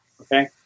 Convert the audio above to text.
Okay